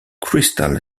crystal